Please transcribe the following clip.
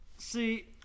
See